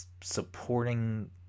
supporting